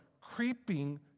creeping